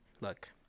Look